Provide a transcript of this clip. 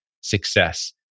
Success